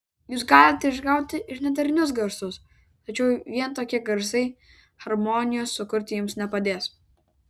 jūs galite išgauti ir nedarnius garsus tačiau vien tokie garsai harmonijos sukurti jums nepadės